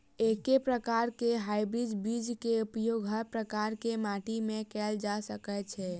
एके प्रकार केँ हाइब्रिड बीज केँ उपयोग हर प्रकार केँ माटि मे कैल जा सकय छै?